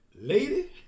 lady